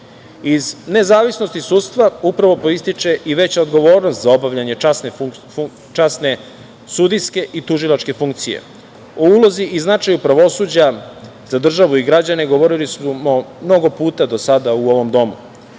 Iz nezavisnosti sudstva upravo proističe i veća odgovornost za obavljanje časne sudijske i tužilačke funkcije.O ulozi i značaju pravosuđa za državu i građane govorili smo mnogo puta do sada u ovom domu,